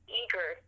eager